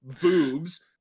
Boobs